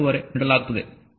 5 ನೀಡಲಾಗುತ್ತದೆ